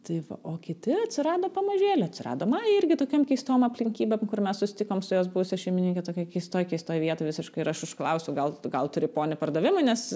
tai va o kiti atsirado pamažėle atsirado maja irgi tokiom keistom aplinkybėm kur mes susitikom su jos buvusia šeimininke tokioj keistoj keistoj vietoj visiškai ir aš užklausiau gal gal turi ponį pardavimui nes